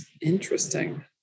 Interesting